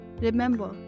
Remember